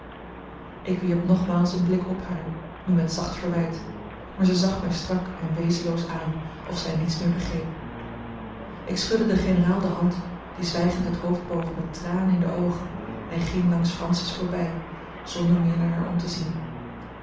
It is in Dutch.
ik wierp nogmaals een blik op haar nu met zacht verwijt maar zij zag mij strak en wezenloos aan of zij niets meer begreep ik schudde den generaal de hand die zwijgend het hoofd boog met tranen in de oogen en ging langs francis voorbij zonder meer naar haar om te zien